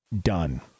Done